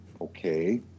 okay